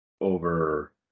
over